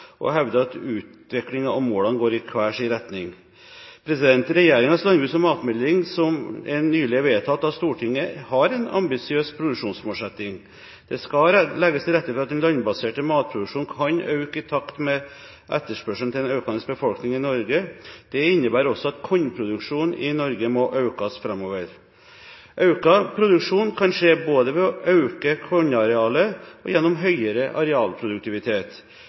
hevder at utviklingen og målene går i hver sin retning. Regjeringens landbruks- og matmelding, som nylig er vedtatt av Stortinget, har en ambisiøs produksjonsmålsetting. Det skal legges til rette for at den landbaserte matproduksjonen kan øke i takt med etterspørselen til en økende befolkning i Norge. Dette innebærer at også kornproduksjonen i Norge må økes framover. Økt produksjon kan skje både ved å øke kornarealet og gjennom høyere arealproduktivitet,